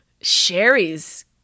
sherry's